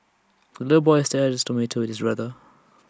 the little boy shared his tomato with his brother